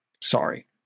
sorry